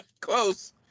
close